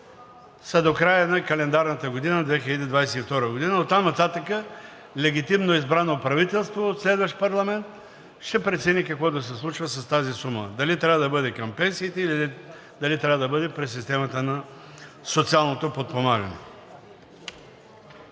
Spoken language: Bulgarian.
са до края на календарната 2022 г. Оттам нататък легитимно избрано правителство в следващ парламент ще прецени какво да се случва с тази сума – дали трябва да бъде към пенсиите, или трябва да бъде през системата на социалното подпомагане.